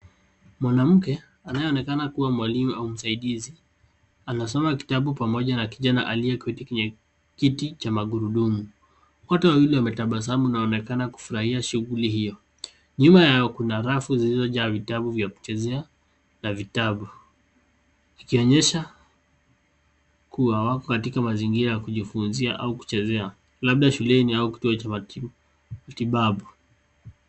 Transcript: Mwanamke, anayeonekana kuwa mwalimu au msaidizi, anasoma kitabu pamoja na kijana aliyeketi kwenye kiti cha magurudumu. Wote wawili wametabasamu na wanaonekana kufurahia shughuli hiyo. Nyuma yao kuna rafu zilizojaa vitabu vya kuchezea, na vitabu. Ikionyesha, kuwa wako katika mazingira ya kujifunza au kuchezea, labda shuleni au kituo cha matibabu.